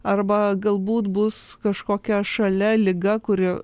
arba galbūt bus kažkokia šalia liga kuri